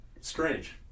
Strange